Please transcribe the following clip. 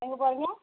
எங்கே போகறீங்க